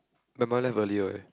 my mum left earlier leh